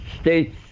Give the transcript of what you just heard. States